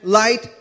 light